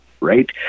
right